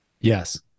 Yes